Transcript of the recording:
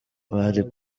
bari